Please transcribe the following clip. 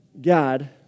God